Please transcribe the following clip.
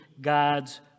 God's